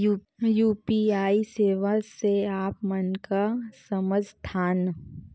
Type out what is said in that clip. UPI सेवा से आप मन का समझ थान?